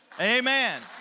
Amen